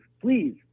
please